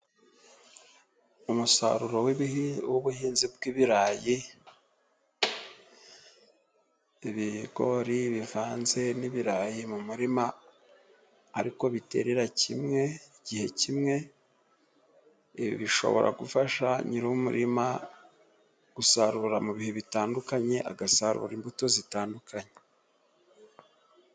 Umusaruro w'ubuhinzi bw'ibirayi, ibigori bivanze n'ibirayi mu muririma, ariko biterera kimwe ,igihe kimwe, ibi bishobora gufasha nyir'umurima gusarura mu bihe bitandukanye, agasarura imbuto zitandukanye,